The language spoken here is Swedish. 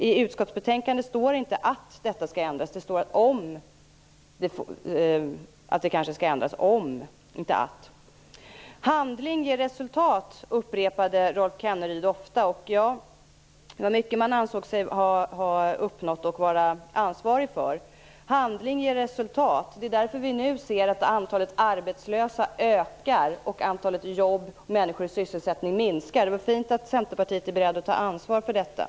I utskottsbetänkandet står inte "att" detta skall ändras, utan det står "om" detta skall ändras. Handling ger resultat upprepade Rolf Kenneryd ofta. Det var mycket man ansåg sig ha uppnått och vara ansvarig för. Handling ger resultat. Är det därför vi nu ser att antalet arbetslösa ökar och att antalet människor i sysselsättning minskar? Det vore fint om Centerpartiet vore berett att ta ansvar för detta.